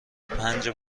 پنج